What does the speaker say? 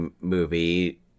movie